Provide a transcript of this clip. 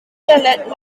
that